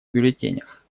бюллетенях